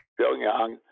Pyongyang